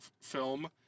film